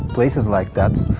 places like that,